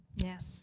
Yes